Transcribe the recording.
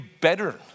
better